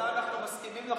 בזה אנחנו מסכימים לחלוטין.